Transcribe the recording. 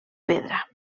pedra